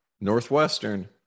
northwestern